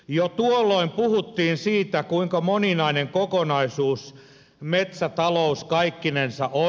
jo tuolloin puhuttiin siitä kuinka moninainen kokonaisuus metsätalous kaikkinensa on